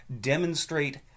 demonstrate